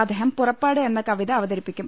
അദ്ദേഹം പുറപ്പാട് എന്ന കവിത അവതരിപ്പിക്കും